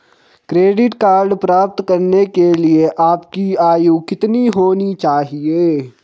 Credit card प्राप्त करने के लिए आपकी आयु कितनी होनी चाहिए?